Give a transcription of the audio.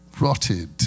rotted